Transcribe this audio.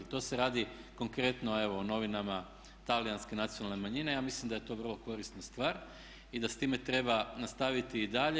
To se radi konkretno evo o novinama talijanske nacionalne manjine, ja mislim da je to vrlo korisna stvar i da s time treba nastaviti i dalje.